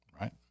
right